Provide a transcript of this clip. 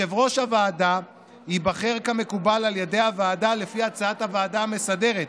יושב-ראש הוועדה ייבחר כמקובל על ידי הוועדה לפי הצעת הוועדה המסדרת,